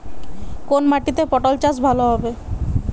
কোন মাটিতে পটল চাষ ভালো হবে?